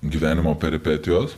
gyvenimo peripetijos